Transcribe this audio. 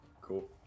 Cool